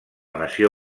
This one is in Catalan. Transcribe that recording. nació